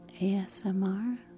ASMR